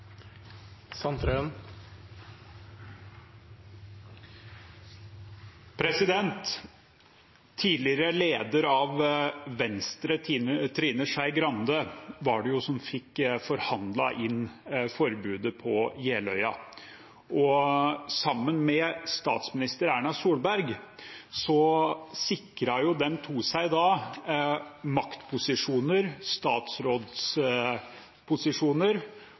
tidligere leder av Venstre, Trine Skei Grande, som fikk forhandlet inn forbudet på Jeløya. Hun og statsminister Erna Solberg